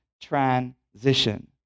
transition